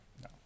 No